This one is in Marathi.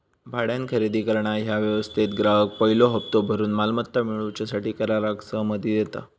भाड्यान खरेदी करणा ह्या व्यवस्थेत ग्राहक पयलो हप्तो भरून मालमत्ता मिळवूच्या कराराक सहमती देता